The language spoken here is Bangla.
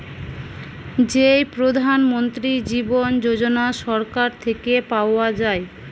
যেই প্রধান মন্ত্রী জীবন যোজনা সরকার থেকে পাওয়া যায়